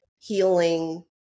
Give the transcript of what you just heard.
healing